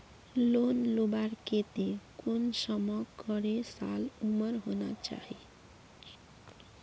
Loan लुबार केते कुंसम करे साल उमर होना चही?